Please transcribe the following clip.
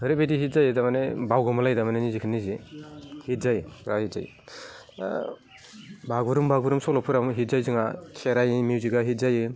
ओरैबायदि हित जायो थारमाने बावगोमालायो थारमाने निजिखौ निजि हित जायो बिरात हित जायो बागुरुम बागुरुम सल'फोराबो हित जायो जोंहा खेराइनि मिउजिकआ हित जायो